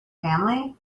family